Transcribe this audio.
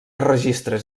registres